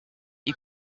you